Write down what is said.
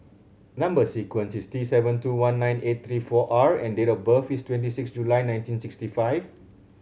number sequence is T seven two one nine eight three four R and date of birth is twenty six July nineteen sixty five